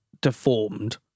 deformed